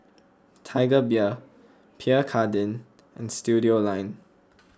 Tiger Beer Pierre Cardin and Studioline